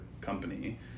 company